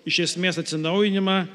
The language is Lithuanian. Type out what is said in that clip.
iš esmės atsinaujinimą